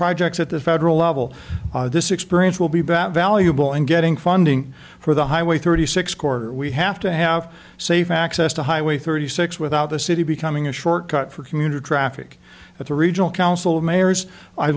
projects at the federal level this experience will be back valuable in getting funding for the highway thirty six quarter we have to have safe access to highway thirty six without the city becoming a shortcut for commuter traffic at the regional council of mayors i